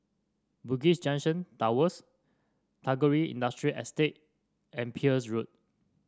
Bugis Junction Towers Tagore Industrial Estate and Peirce Road